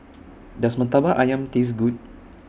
Does Murtabak Ayam Taste Good